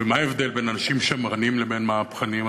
ומה ההבדל בין אנשים שמרנים לבין מהפכנים,